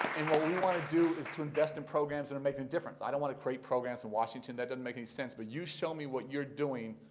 we want to do is to invest in programs that are making a difference. i don't want to create programs from washington. that doesn't make any sense. but you show me what you're doing,